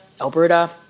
alberta